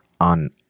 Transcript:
on